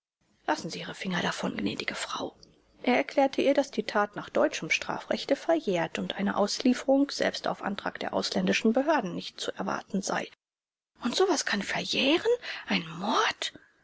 lassen sie ihre finger davon gnädige frau er erklärte ihr daß die tat nach deutschem strafrechte verjährt und eine auslieferung selbst auf antrag der ausländischen behörden nicht zu erwarten sei und so was kann verjähren ein mord